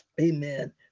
Amen